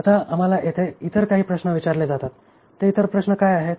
आता आम्हाला येथे इतर काही प्रश्न विचारले जातात हे इतर प्रश्न काय आहेत